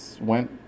went